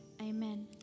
Amen